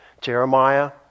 Jeremiah